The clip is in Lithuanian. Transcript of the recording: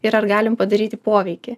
ir ar galim padaryti poveikį